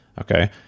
Okay